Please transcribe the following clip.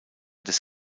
des